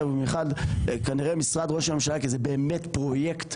וכנראה משרד ראש הממשלה כי זה באמת פרויקט